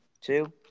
Two